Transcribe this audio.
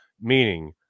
Meaning